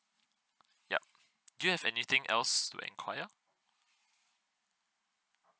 yup do you have anything else to enquire